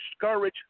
discourage